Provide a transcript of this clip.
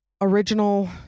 original